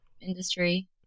industry